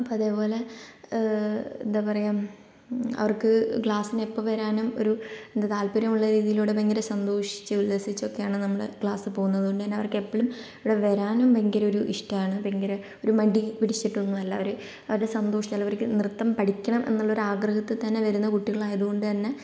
അപ്പോൾ അതേപോലെ എന്താ പറയുക അവർക്ക് ക്ലാസിന് എപ്പോൾ വരാനും ഒരു എന്താണ് താല്പര്യമുള്ള രീതിയിലൂടെ ഭയങ്കര സന്തോഷിച്ച് ഉല്ലസിച്ചൊക്കെയാണ് നമ്മള് ക്ലാസ്സ് പോകുന്നത് അതുകൊണ്ടുതന്നെ അവർക്ക് എപ്പോഴും ഇവിടെ വരാനും ഭയങ്കര ഒരു ഇഷ്ടമാണ് ഭയങ്കര ഒരു മടി പിടിച്ചിട്ടൊന്നുമല്ല അവര് അവരുടെ സന്തോഷം ചിലവർക്ക് നൃത്തം പഠിക്കണം എന്നുള്ള ആഗ്രഹത്തിൽ തന്നെ വരുന്ന കുട്ടികൾ ആയതുകൊണ്ടുതന്നെ